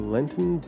Lenten